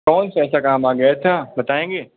कौन सा ऐसा काम आ गया था बताएँगे